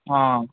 ఆ